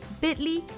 bit.ly